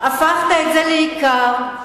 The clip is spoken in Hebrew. הפכת את זה לעיקר.